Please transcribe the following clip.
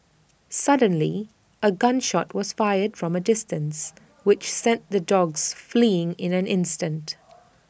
suddenly A gun shot was fired from A distance which sent the dogs fleeing in an instant